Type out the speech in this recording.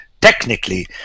technically